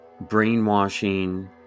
brainwashing